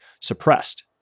suppressed